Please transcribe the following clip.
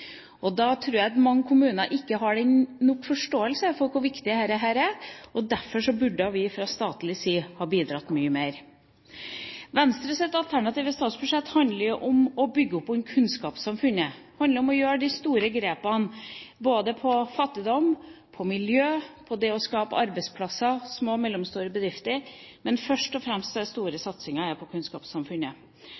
Jeg tror mange kommuner ikke har nok forståelse for hvor viktig dette er, derfor burde vi fra statlig side ha bidratt mye mer. Venstres alternative statsbudsjett handler om å bygge opp om kunnskapssamfunnet, det handler om å gjøre de store grepene på fattigdom, på miljø, på det å skape arbeidsplasser, på små og mellomstore bedrifter. Men først og fremst er den store